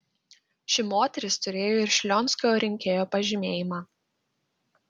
ši moteris turėjo ir šlionskio rinkėjo pažymėjimą